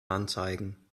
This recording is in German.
anzeigen